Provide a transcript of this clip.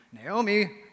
Naomi